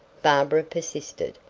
barbara persisted.